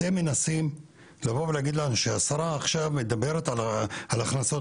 אתם מנסים לבוא ולהגיד לנו שהשרה עכשיו מדברת עכשיו על הכנסות.